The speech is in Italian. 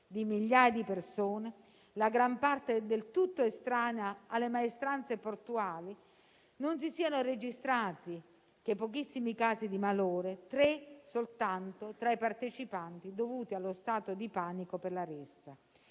di migliaia di persone, la gran parte del tutto estranea alle maestranze portuali, non si siano registrati che pochissimi casi di malore - tre soltanto - tra i partecipanti dovuti allo stato di panico per la rissa.